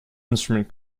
instrument